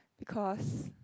because